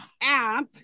app